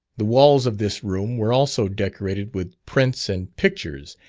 the walls of this room were also decorated with prints and pictures,